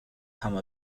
come